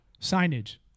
signage